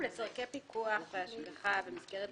תשע"ט.